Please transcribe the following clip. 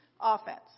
offense